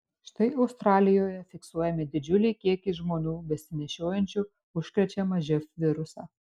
štai australijoje fiksuojami didžiuliai kiekiai žmonių besinešiojančių užkrečiamą živ virusą